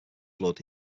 flood